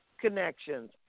connections